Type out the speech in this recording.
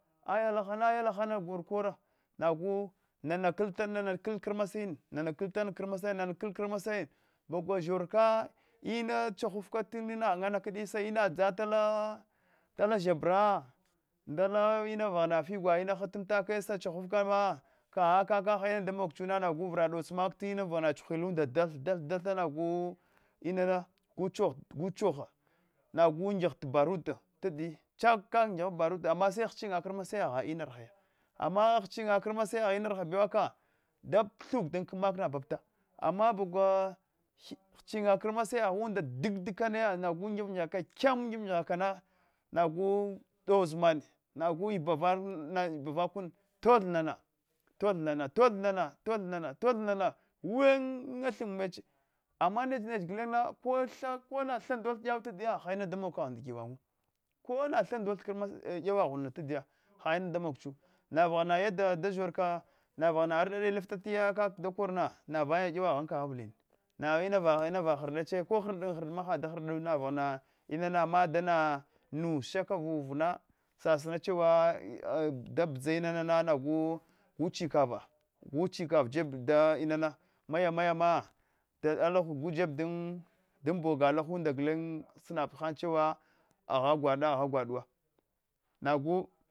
Aya lahama aya lahama gol kara nagh nana kltana nana kl kranasaiyin na kl krmasayinnane kd krmasayin ba gwa ba zhor ka inan chachuka famina kdi sa ina dzatala zhabra nda ina vana figwe hatin take sa chahuka b aka kaka ha ina nda damogchu gu vra dots maka tinunda va chughul nda dalt dalh dalhana nagu inana gu choha guchoh nagu ngihta baruda tadiya chap kak nghghfta barunda ama se hechunnye krmasaiyagha ama se hechunnye krmasaiyagha inar ha bewa ka da puthuk mak dam kama napapta ama bagwa inchinnya krmasaiyagha unda dak dakana nagh ngigh gigha ka da kyanu ngifgigh kana nagu dau-zmane tolth nana tolh nana tolh nana win ya ihim meche ama nache neche na gulenya koi ha ndo tha yau tadiya har inanda damog kun nda gwdan wu kona than do ths ins ysuwa ghuna tadiya ha inanda damagchu navagha nana yadda da zhorka vaghana ardada lifti kjaka kanana na vay yauwa ghan keghe avcin na ina va hrdache ko hadoma vaghana inana amaa dava nush nush ka va uvna sabinachewa dabodsa ina nagu gu chikava gu chikava jeb dang u jefdan inana maya maya mna boga alahanda snab hanchewa agha agha gwada agha gwadawu nagu